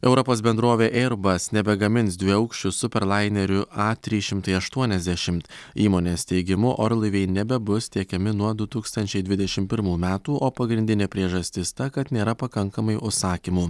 europos bendrovė eirbas nebegamins dviaukščių super lainerių a trys šimtai aštuoniasdešimt įmonės teigimu orlaiviai nebebus tiekiami nuo du tūkstančiai dvidešimt pirmų metų o pagrindinė priežastis ta kad nėra pakankamai užsakymų